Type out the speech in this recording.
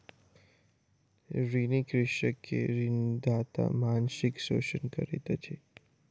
ऋणी कृषक के ऋणदाता मानसिक शोषण करैत अछि